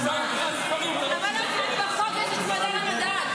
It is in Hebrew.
תודה רבה, חברי הכנסת,